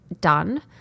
done